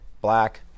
Black